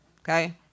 okay